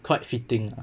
quite fitting